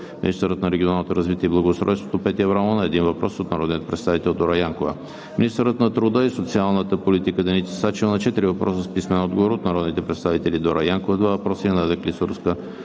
министърът на регионалното развитие и благоустройството Петя Аврамова – на 1 въпрос от народния представител Дора Янкова; - министърът на труда и социалната политика Деница Сачева на 4 въпроса с писмен отговор от народните представители Дора Янкова – 2 въпроса; и Надя Клисурска-Жекова